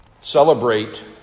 celebrate